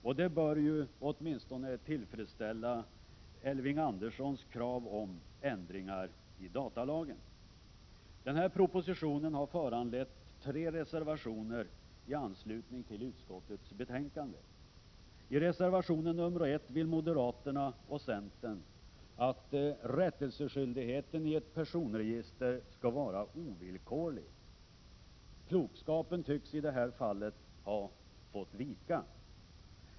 Och detta bör ju åtminstone tillgodose Elving Anderssons krav på ändringar i datalagen. Propositionen har föranlett tre reservationer i anslutning till utskottets betänkande. I reservation 1 vill moderaterna och centern att rättelseskyldigheten beträffande ett personregister skall vara ovillkorlig. Klokskapen tycks i detta fall ha fått ge vika.